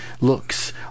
looks